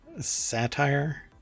satire